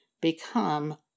become